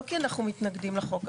לא כי אנחנו מתנגדים לחוק.